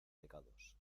pecados